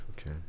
okay